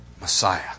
Messiah